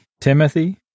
Timothy